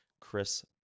Chris